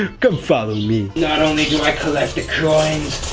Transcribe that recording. come follow me. not only do i collect the coins,